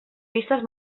vistes